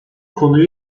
konuyu